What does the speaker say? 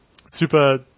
super